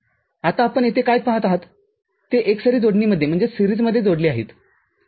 आताआपण येथे काय पहात आहात ते एकसुरी जोडणीमध्ये आहेत ठीक आहे